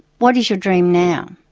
what is your dream now?